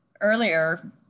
earlier